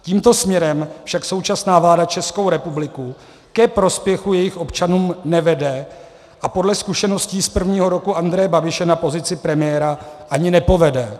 Tímto směrem však současná vláda Českou republiku ke prospěchu jejích občanů nevede a podle zkušeností z prvního roku Andreje Babiše na pozici premiéra ani nepovede.